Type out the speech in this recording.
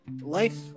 Life